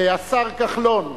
השר כחלון,